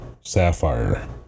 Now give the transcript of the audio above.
Sapphire